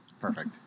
Perfect